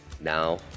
Now